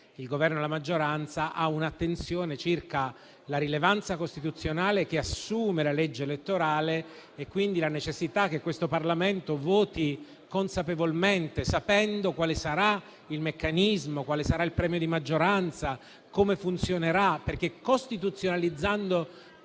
il Governo e la maggioranza a un'attenzione circa la rilevanza costituzionale che assume la legge elettorale e quindi la necessità che questo Parlamento voti consapevolmente sapendo quale sarà il meccanismo, quale sarà il premio di maggioranza e come funzionerà, perché costituzionalizzando